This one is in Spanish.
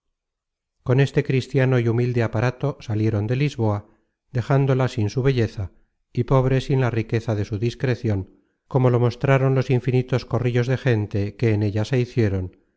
con este cristiano y humilde aparato salieron de lisboa dejándola sin su belleza y pobre sin la riqueza de su discrecion como lo mostraron los infinitos corrillos de gente que en ella se hicieron